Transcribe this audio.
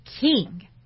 king